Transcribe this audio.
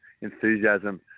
enthusiasm